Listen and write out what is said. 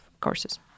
courses